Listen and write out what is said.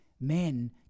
men